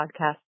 podcast